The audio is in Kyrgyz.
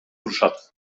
турушат